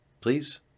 please